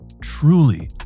truly